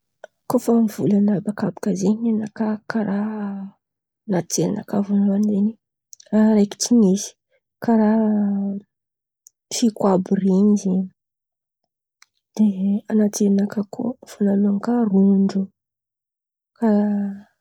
Kô fa mivolan̈a habakabaka zen̈y amy nakà, karàha hes an̈aty jerinakà vônaloan̈y, raha raiky tsy misy karàha tsioko àby ren̈y zen̈y. De an̈aty jerinakà koa vônaloan̈y rondro.